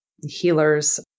healers